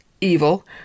evil